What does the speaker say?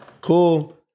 Cool